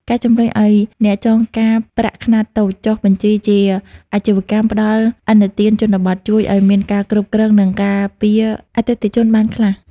ការជំរុញឱ្យអ្នកចងការប្រាក់ខ្នាតតូចចុះបញ្ជីជា "អាជីវកម្មផ្ដល់ឥណទានជនបទ" ជួយឱ្យមានការគ្រប់គ្រង និងការពារអតិថិជនបានខ្លះ។